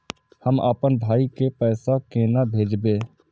हम आपन भाई के पैसा केना भेजबे?